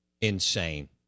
insane